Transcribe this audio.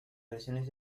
versiones